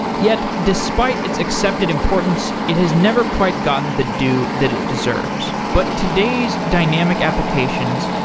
yet, despite its accepted importance, it has never quite gotten the due that it deserves. but today's dynamic applications,